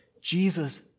Jesus